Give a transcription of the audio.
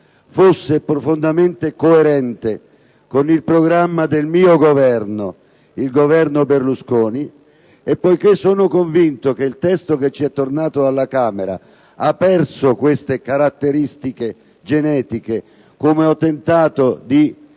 Popolo della Libertà, e con il programma del mio Governo, il Governo Berlusconi, e poiché sono convinto che il testo che ci è tornato dalla Camera abbia perso queste caratteristiche genetiche, come ho tentato di